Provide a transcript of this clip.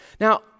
Now